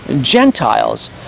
Gentiles